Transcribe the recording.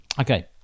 Okay